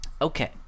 okay